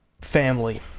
family